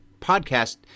podcast